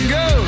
go